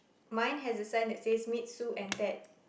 mine has a sign that says meet Sue and Ted